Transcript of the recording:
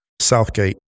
Southgate